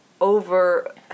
over